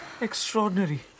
Extraordinary